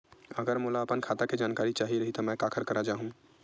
अगर मोला अपन खाता के जानकारी चाही रहि त मैं काखर करा जाहु?